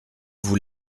vous